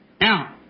Now